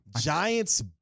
Giants